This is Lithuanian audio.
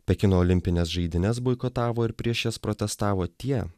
pekino olimpines žaidynes boikotavo ir prieš jas protestavo tie